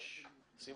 --- היא גם